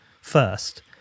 first